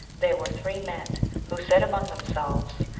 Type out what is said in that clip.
there were three men who said among them selves,